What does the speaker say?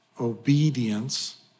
obedience